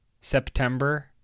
September